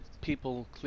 people